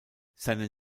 seine